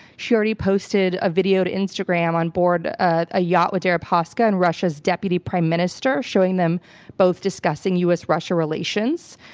she already posted a video to instagram on board a yacht with deripaska and russia's deputy prime minister showing them both discussing u. s. russia relations.